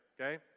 okay